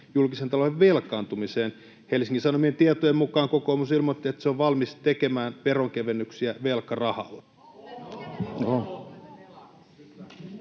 julkisen talouden velkaantumiseen. Helsingin Sanomien tietojen mukaan kokoomus ilmoitti, että se on valmis tekemään veronkevennyksiä velkarahalla.